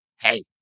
hey